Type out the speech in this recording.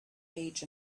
age